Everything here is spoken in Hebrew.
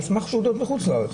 על סמך תעודות מחו"ל.